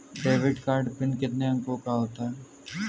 Debit card pin कितने अंकों का होता है?